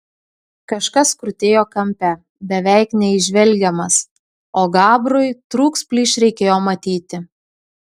kažkas krutėjo kampe beveik neįžvelgiamas o gabrui truks plyš reikėjo matyti